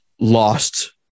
lost